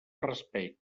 raspeig